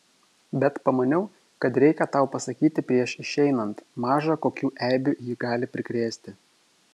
bet pamaniau kad reikia tau pasakyti prieš išeinant maža kokių eibių ji gali prikrėsti